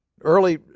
Early